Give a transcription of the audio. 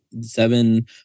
seven